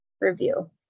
review